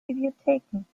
bibliotheken